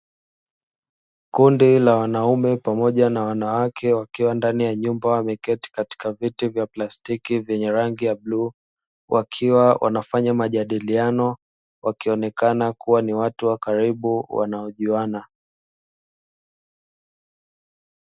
Kundi la wanaume pamoja na wanawake wakiwa ndani ya nyumba wameketi katika viti vya plastiki vyenye rangi ya bluu, wakiwa wanafanya majadiliano wakionekana kuwa ni watu wa karibu wanaojuana.